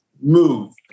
move